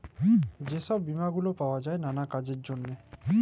যে ছব বীমা গুলা পাউয়া যায় ম্যালা কাজের জ্যনহে